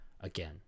again